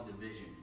division